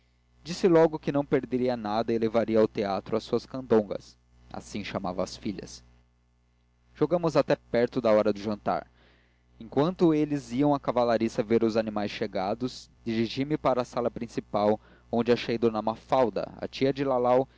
disse logo que não perderia nada e levaria ao teatro as suas candongas assim chamava às filhas jogamos até perto da hora de jantar enquanto eles iam à cavalariça ver os animais chegados dirigi-me para a sala principal onde achei d mafalda a tia da lalau